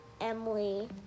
Emily